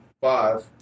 five